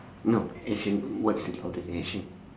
no action words is louder than actions